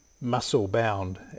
muscle-bound